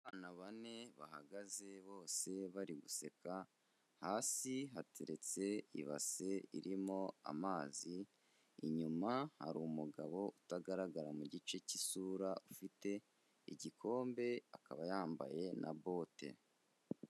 Abana bane bahagaze bose bari guseka, hasi hateretse ibase irimo amazi, inyuma hari umugabo utagaragara mu gice k'isura ufite igikombe, akaba yambaye na bote.